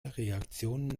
reaktionen